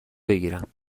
بگیرم